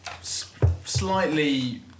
slightly